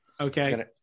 Okay